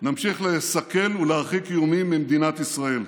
נמשיך לסכל ולהרחיק איומים ממדינת ישראל.